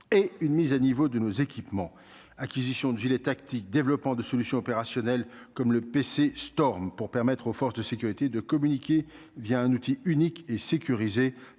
une mise à niveau des équipements : acquisition de gilets tactiques, développement de solutions opérationnelles comme le PC Storm, pour permettre aux forces de sécurité de communiquer un outil unique et sécurisé,